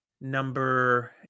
Number